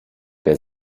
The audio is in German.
der